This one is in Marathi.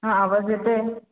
हा आवाज येते